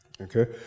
Okay